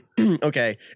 Okay